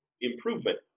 improvement